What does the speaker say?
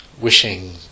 wishing